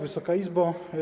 Wysoka Izbo!